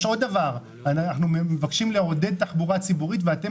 אנחנו מבקשים לעודד תחבורה ציבורית ואתם